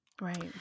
Right